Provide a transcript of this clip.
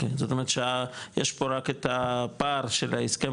זאת אומרת שיש פה רק את הפער של ההסכם